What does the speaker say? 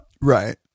Right